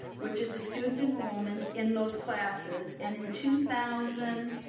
which is the student enrollment in those classes, and in two thousand and